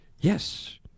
Yes